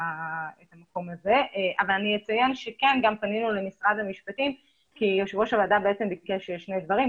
אני אציין שפנינו למשרד המשפטים כי יושב ראש הוועדה ביקש שני דברים,